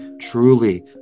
truly